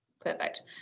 perfect